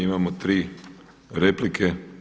Imamo tri replike.